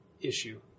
issue